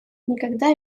никогда